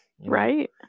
right